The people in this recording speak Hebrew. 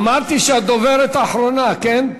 אמרתי שאת דוברת אחרונה, כן?